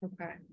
Okay